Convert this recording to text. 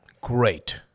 great